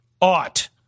ought